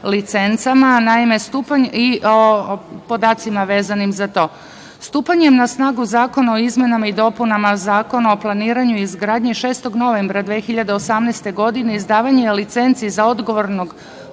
licencama i o podacima vezanim za to. Stupanjem na snagu zakona o izmenama i dopunama Zakona o planiranju i izgradnji, 6. novembra 2018. godine, izdavanje licenci za odgovornog